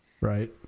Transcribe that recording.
Right